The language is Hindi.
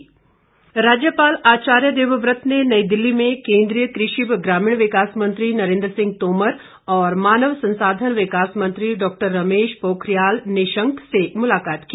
राज्यपाल राज्यपाल आचार्य देवव्रत ने नई दिल्ली में केंद्रीय कृषि व ग्रामीण विकास मंत्री नरेंद्र सिंह तोमर और मानव संसाधन विकास मंत्री डॉक्टर रमेश पोखरीयाल निशंक से मुलाकात की